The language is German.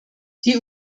die